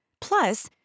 Plus